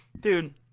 Dude